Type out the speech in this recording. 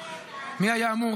מי היה אמור